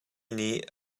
nih